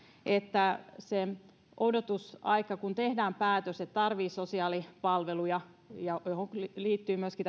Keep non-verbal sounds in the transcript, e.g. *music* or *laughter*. että se odotusaika siinä kun tehdään päätös että tarvitsee sosiaalipalveluja joihin myöskin *unintelligible*